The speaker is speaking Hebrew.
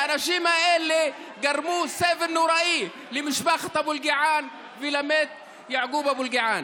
האנשים האלה גרמו סבל נורא למשפחת אבו אלקיעאן ולמת יעקוב אבו אלקיעאן.